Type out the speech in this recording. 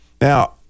Now